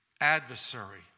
adversary